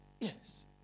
yes